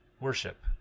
Worship